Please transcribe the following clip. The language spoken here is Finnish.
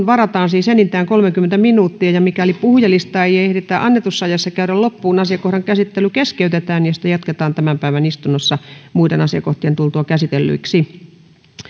varataan siis enintään kolmekymmentä minuuttia ja mikäli puhujalistaa ei ehditä annetussa ajassa käydä loppuun asiakohdan käsittely keskeytetään ja sitä jatketaan tämän päivän istunnossa muiden asiakohtien tultua käsitellyiksi